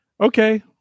okay